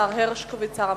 השר הרשקוביץ, שר המדע.